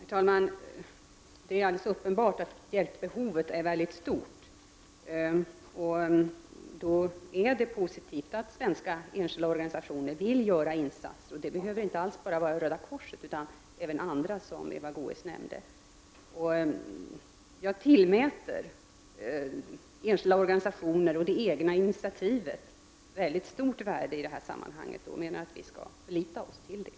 Herr talman! Det är alldeles uppenbart att hjälpbehovet är mycket stort. Då är det positivt att enskilda svenska organisationer vill göra insatser. Det behöver inte alls bara vara Röda korset, utan det kan även vara andra organisationer som Eva Goöés nämnde. Jag tillmäter enskilda organisationer och det egna initiativet stort värde i detta sammanhang, och vi skall förlita oss till dessa.